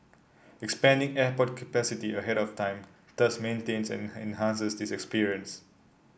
expanding airport capacity ahead of time thus maintains and enhances this experience